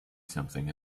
something